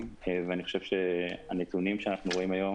ואני חושב שהנתונים שאנחנו רואים היום